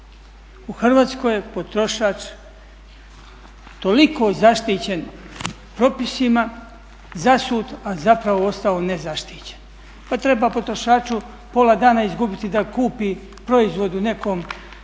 U Hrvatskoj je potrošač toliko zaštićen propisima, zasut, a zapravo ostao ne zaštićen. Pa treba potrošaču pola dana izgubiti da kupi proizvod u nekom veletrgovačkom